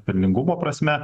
pelningumo prasme